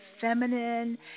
feminine